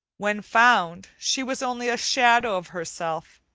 when found, she was only a shadow of herself,